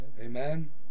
Amen